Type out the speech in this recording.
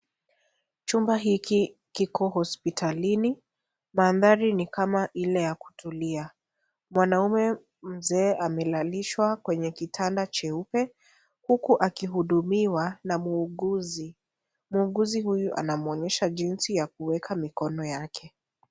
Chumba hiki kiko hospitalini, mandhari ni kama ile ya kutulia. Mwanaume mzee amelalishwa kwenye kitanda jeupe huku akihudumiwa na muuguzi. Muuguzi anamuonyesha jinsi ya kuweka mikono yake.